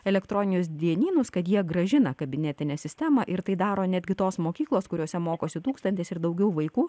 elektroninius dienynus kad jie grąžina kabinetinę sistemą ir tai daro netgi tos mokyklos kuriose mokosi tūkstantis ir daugiau vaikų